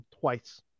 twice